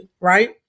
right